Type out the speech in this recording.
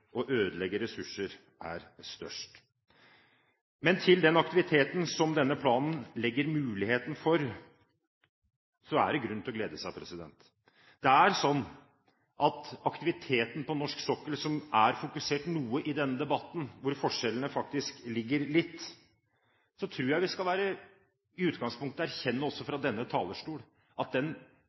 å ødelegge ressurser er størst. Men den aktiviteten som denne planen gir mulighet for, er det grunn til å glede seg over. Det er sånn at når det gjelder aktiviteten på norsk sokkel, som det er fokusert noe på i denne debatten – der forskjellene faktisk ligger – tror jeg vi i utgangspunktet også fra denne talerstol skal erkjenne at den